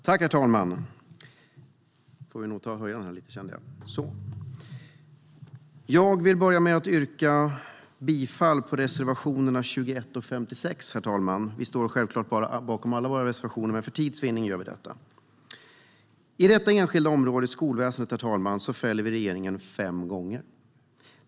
Herr talman! Vi står självklart bakom alla våra reservationer, men för tids vinnande yrkar jag bifall endast till reservationerna 21 och 56. Herr talman! Inom det enskilda området skolväsendet fäller vi regeringen fem gånger.